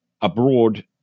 abroad